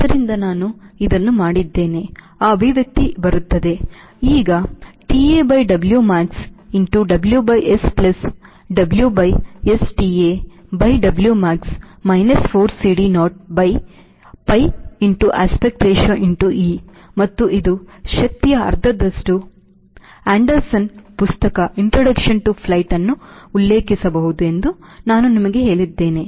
ಆದ್ದರಿಂದ ನಾನು ಇದನ್ನು ಮಾಡಿದ್ದೇನೆ ಆ ಅಭಿವ್ಯಕ್ತಿ ಬರುತ್ತದೆ ಈ TA by W max into W by S plus W by S TA by W max minus 4 CD naught by pi aspect ratio e ಮತ್ತು ಇದು ಶಕ್ತಿಯ ಅರ್ಧದಷ್ಟು ಆಂಡರ್ಸನ್ ಪುಸ್ತಕ ಇಂಟ್ರೊಡಕ್ಷನ್ ಟು ಫ್ಲೈಟ್ ಅನ್ನು ಉಲ್ಲೇಖಿಸಬಹುದು ಎಂದು ನಾನು ನಿಮಗೆ ಹೇಳಿದ್ದೇನೆ